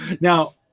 Now